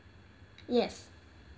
yes